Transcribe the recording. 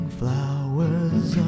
flowers